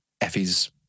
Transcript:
Effie's